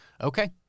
Okay